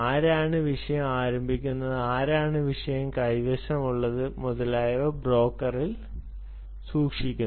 ആരാണ് വിഷയം ആരംഭിക്കുന്നത് ആരാണ് വിഷയം കൈവശമുള്ളത് മുതലായവ ബ്രോക്കറിൽ സൂക്ഷിക്കുന്നു